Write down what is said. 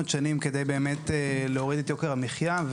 שנים כדי באמת להוריד את יוקר המחיה,